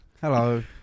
Hello